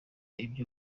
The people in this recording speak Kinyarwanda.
ibyo